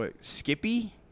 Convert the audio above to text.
Skippy